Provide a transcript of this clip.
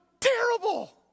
terrible